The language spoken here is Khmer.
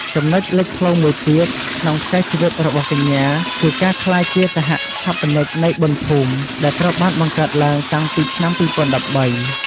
ចំណុចលេចធ្លោមួយទៀតក្នុងខ្សែជីវិតរបស់កញ្ញាគឺការក្លាយជា សហស្ថាបនិកនៃបុណ្យភូមិ ដែលត្រូវបានបង្កើតឡើងតាំងពីឆ្នាំ ២០១៣។